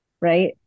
right